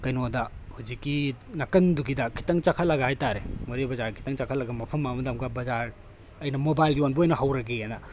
ꯀꯩꯅꯣꯗ ꯍꯧꯖꯤꯛꯀꯤ ꯅꯥꯀꯟꯗꯨꯒꯤꯗ ꯈꯤꯇꯪ ꯆꯈꯠꯂꯒ ꯍꯥꯏ ꯇꯥꯔꯦ ꯃꯣꯔꯦ ꯕꯖꯥꯔ ꯈꯤꯇꯪ ꯆꯈꯠꯂꯒ ꯃꯐꯝ ꯑꯃꯗ ꯑꯃꯨꯛꯀ ꯕꯖꯥꯔ ꯑꯩꯅ ꯃꯣꯕꯥꯏꯜ ꯌꯣꯟꯕ ꯑꯣꯏꯅ ꯍꯧꯔꯒꯦꯅ